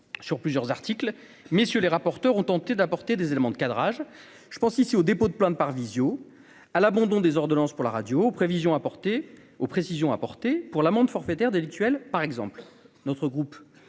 sur plusieurs articles messieurs les rapporteurs ont tenté d'apporter des éléments de cadrage je pense ici au dépôt de plainte par Visio à l'abandon des ordonnances pour la radio prévisions apporter aux précisions apportées pour l'amende forfaitaire délictuelle, par exemple, notre groupe